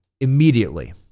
immediately